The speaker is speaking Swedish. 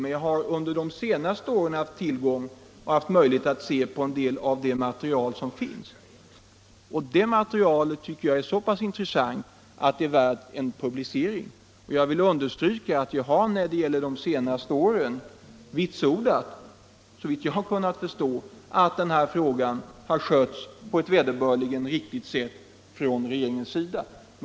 Men under de senaste åren har jag haft möjlighet att se på en del av det material som finns. Det materialet tycker jag är så pass intressant att det är värt en publicering. Jag vill understryka att vi moderater när det gäller de senaste åren såvitt jag kan förstå har vitsordat att denna fråga har skötts på ett vederbörligen riktigt sätt av regeringen.